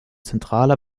zentraler